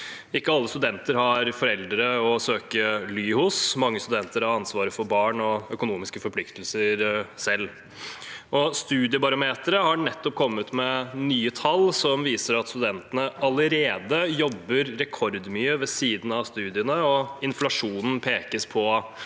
Ikke alle studenter har foreldre å søke ly hos. Mange studenter har ansvaret for barn og økonomiske forpliktelser selv. Studiebarometeret har nettopp kommet med nye tall som viser at studentene allerede jobber rekordmye ved siden av studiene, og inflasjonen pekes på